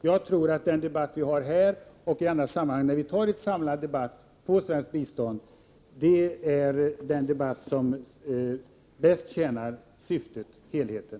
Jag tror att en samlad debatt om svenskt bistånd både här och i andra sammanhang är den debatt som bäst tjänar syftet, helheten.